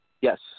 Yes